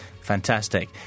Fantastic